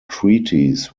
treaties